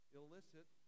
illicit